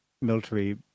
military